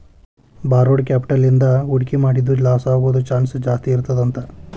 borrowed capital ಇಂದಾ ಹೂಡ್ಕಿ ಮಾಡಿದ್ದು ಲಾಸಾಗೊದ್ ಚಾನ್ಸ್ ಜಾಸ್ತೇಇರ್ತದಂತ